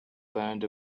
burned